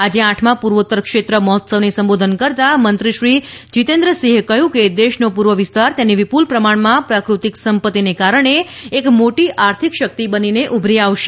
આજે આઠમાં પૂર્વોત્તર ક્ષેત્ર મહોત્સવને સંબોધન કરતાં મંત્રી શ્રી જિતેન્દ્રસિંહે કહ્યું કે દેશનો પૂર્વ વિસ્તાર તેની વિપુલ પ્રમાણમાં પ્રાકૃતિક સંપત્તિને કારણે એક મોટી આર્થિક શક્તિ બનીને ઉભરી આવશે